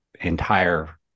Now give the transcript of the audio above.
entire